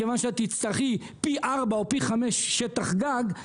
מכיוון שאת תצטרכי פי ארבע או פי חמש שטח גג,